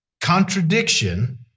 contradiction